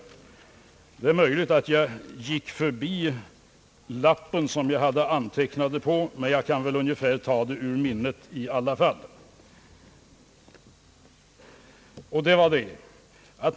Det är möjligt att jag gick förbi den lapp som jag hade antecknat på, men jag kan väl ungefär ta det ur minnet.